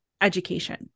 education